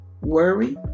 worry